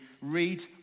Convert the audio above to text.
read